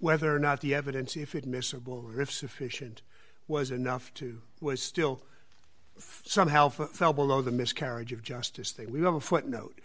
whether or not the evidence if it misses a bore if sufficient was enough to was still somehow fell below the miscarriage of justice that we have a footnote